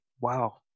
Wow